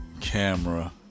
camera